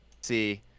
See